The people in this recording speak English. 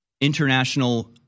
international